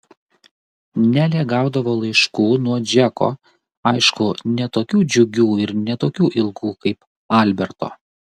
nelė gaudavo laiškų nuo džeko aišku ne tokių džiugių ir ne tokių ilgų kaip alberto